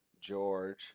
George